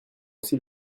aussi